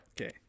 okay